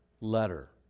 letter